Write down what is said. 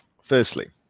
firstly